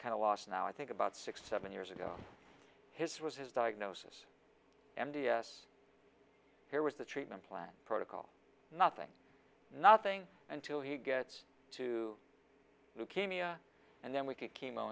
of lost now i think about six seven years ago his was his diagnosis m d s here was the treatment plan protocol nothing nothing until he gets to leukemia and then we can chemo